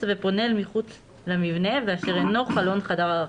ופונה אל מחוץ למבנה ואשר אינו חלון חדר הרחצה.